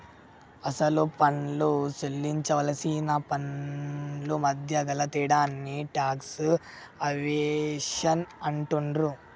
అసలు పన్ను సేల్లించవలసిన పన్నుమధ్య గల తేడాని టాక్స్ ఎవేషన్ అంటుండ్రు